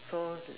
so